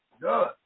Good